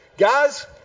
Guys